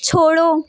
छोड़ो